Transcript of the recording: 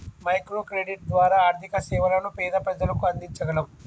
micro credit ద్వారా ఆర్థిక సేవలను పేద ప్రజలకు అందించగలం